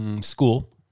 school